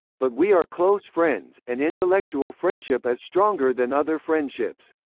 but we are close friends, and intellectual friendship is stronger than other friendships.